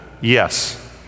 Yes